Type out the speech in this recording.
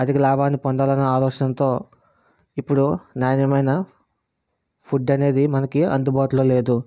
అధిక లాభాన్ని పొందాలని ఆలోచనతో ఇప్పుడు నాణ్యమైన ఫుడ్ అనేది మనకి అందుబాటులో లేదు